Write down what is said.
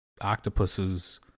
octopuses